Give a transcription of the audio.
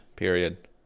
Period